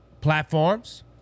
platforms